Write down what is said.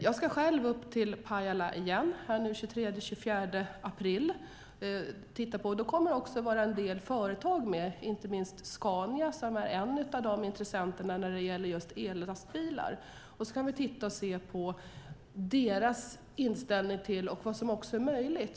Jag ska själv upp till Pajala igen den 23-24 april. Då kommer också en del företag att vara med, inte minst Scania, som är en av intressenterna när det gäller ellastbilar. Vi kan se på deras inställning till vad som är möjligt.